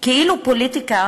כאילו פוליטיקה